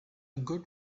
good